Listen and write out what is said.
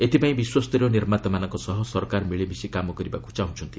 ଏଥିପାଇଁ ବିଶ୍ୱସ୍ତରୀୟ ନିର୍ମାତାମାନଙ୍କ ସହ ସରକାର ମିଳିମିଶି କାମ କରିବାକୁ ଚାହୁଁଛନ୍ତି